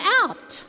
out